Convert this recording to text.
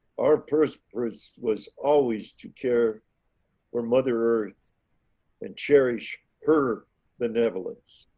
are prosperous was always to care or mother earth and cherish her benevolence.